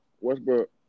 Westbrook